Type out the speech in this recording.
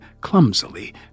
clumsily